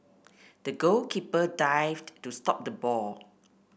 the goalkeeper dived to stop the ball